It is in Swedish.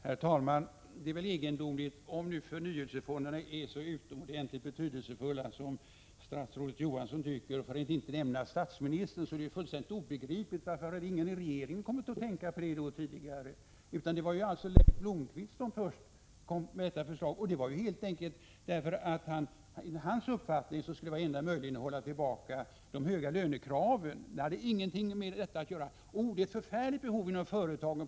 Herr talman! Om nu förnyelsefonderna är så utomordentligt betydelsefulla som statsrådet Johansson och inte minst statsministern tycker, är det fullständigt obegripligt att ingen i regeringen tidigare hade kommit att tänka på detta. Det var ju Leif Blomberg som först framförde tanken på sådana. Anledningen härtill var helt enkelt att sådana enligt hans uppfattning skulle vara enda sättet att hålla tillbaka de höga lönekraven. Det var inte alls fråga om att det skulle finnas ett oerhört stort behov av utbildning inom företagen.